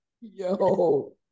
yo